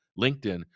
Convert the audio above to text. LinkedIn